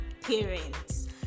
parents